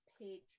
page